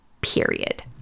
period